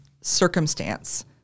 circumstance